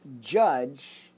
judge